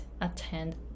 attend